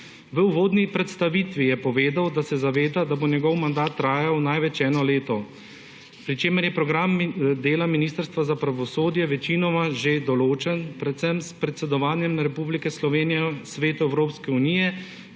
V uvodni predstavitvi je povedal, da se zaveda, da bo njegov mandat trajal največ eno leto, pri čemer je program dela Ministrstva za pravosodje večinoma že določen, predvsem s predsedovanjem Republike Slovenije Svetu Evropske unije